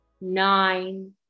Nine